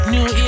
New